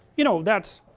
you know, that's